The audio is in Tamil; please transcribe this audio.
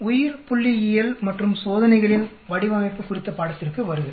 உயிர்புள்ளியியல் மற்றும் சோதனைகளின் வடிவமைப்பு குறித்த பாடத்திற்கு வருக